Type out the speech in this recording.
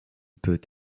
peut